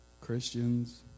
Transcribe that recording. Christians